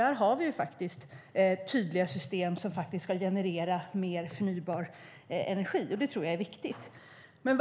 Där har vi faktiskt tydliga system som ska generera mer förnybar energi, och det tror jag är viktigt. Herr talman!